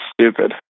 stupid